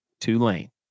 Tulane